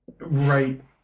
Right